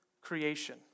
creation